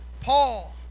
Paul